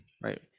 right